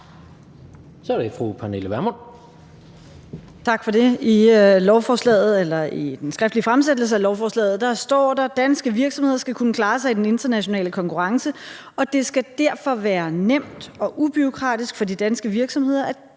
Så er det fru Pernille Vermund.